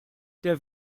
der